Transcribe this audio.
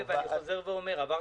יש מועד,